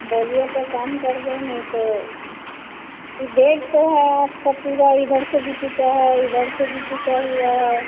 बोलिए तो कम कर दें नहीं तो यह गेट तो है आपका पूरा इधर से भी टूटा है इधर से भी टूटा हुआ है